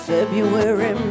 February